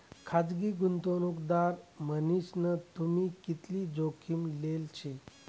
खासगी गुंतवणूकदार मन्हीसन तुम्ही कितली जोखीम लेल शे